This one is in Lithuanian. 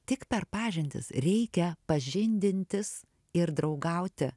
tik per pažintis reikia pažindintis ir draugauti